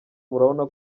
murabona